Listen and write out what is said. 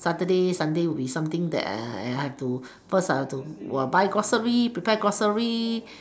saturday sunday will be something that I I I have to first have to buy grocery prepare grocery